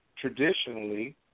traditionally